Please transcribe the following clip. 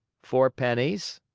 four pennies.